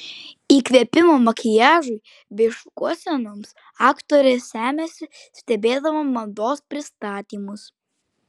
įkvėpimo makiažui bei šukuosenoms aktorė semiasi stebėdama mados pristatymus